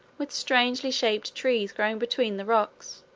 with strangely shaped trees growing between the rocks.